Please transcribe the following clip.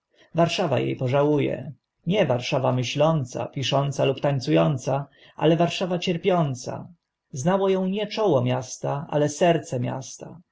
warszawa e pożału e nie warszawa myśląca pisząca lub tańcu ąca ale warszawa cierpiąca znało ą nie czoło miasta ale serce miasta